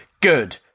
good